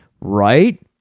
right